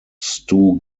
stu